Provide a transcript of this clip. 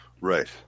right